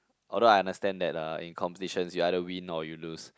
although I understand that uh in competitions you either win or you lose